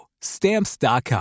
Stamps.com